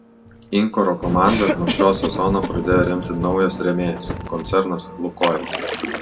inkaro komandą nuo šio sezono pradėjo remti naujas rėmėjas koncernas lukoil